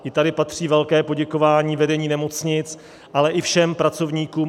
I tady patří velké poděkování vedení nemocnic, ale i všem pracovníkům.